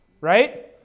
right